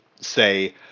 say